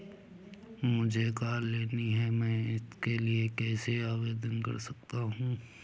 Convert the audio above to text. मुझे कार लेनी है मैं इसके लिए कैसे आवेदन कर सकता हूँ?